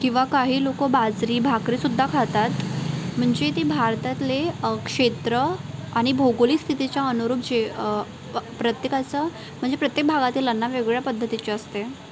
किंवा काही लोकं बाजरी भाकरीसुद्धा खातात म्हणजे ते भारतातले क्षेत्र आणि भौगोलिक स्थितीच्या अनुरूप जे प्रत्येकाचं म्हणजे प्रत्येक भागातील अन्न वेगवेगळ्या पद्धतीचे असते